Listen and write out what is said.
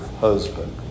husband